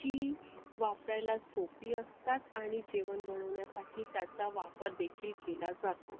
जी वापरायला सोपी असतात आणि जेवण बनवण्यासाठी त्याचा वापर देखील केला जातो